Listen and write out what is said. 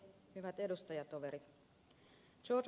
hyvät edustajatoverit